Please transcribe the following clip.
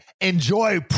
enjoy